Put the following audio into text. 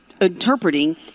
interpreting